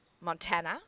Montana